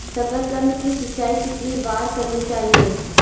साकारकंद की सिंचाई कितनी बार करनी चाहिए?